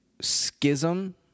schism